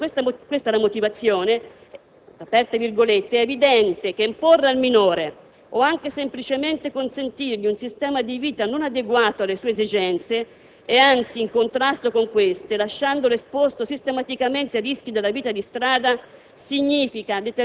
Per la Cassazione "è evidente che imporre al minore o anche semplicemente consentirgli un sistema di vita non adeguato alle sue esigenze e anzi in contrasto con queste, lasciandolo esposto sistematicamente ai rischi della vita di strada"